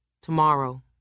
tomorrow